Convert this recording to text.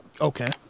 Okay